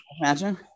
Imagine